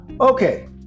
Okay